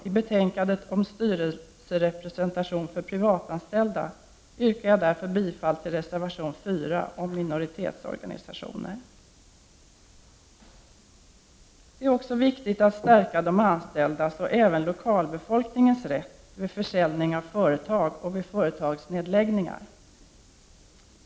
I betänkandet om styrelserepresentation för privatanställda yrkar jag därför bifall till reservation 4 om minoritetsorganisationer. Det är också viktigt att stärka de anställdas och även lokalbefolkningens rätt vid försäljning av företag och vid företagsnedläggningar.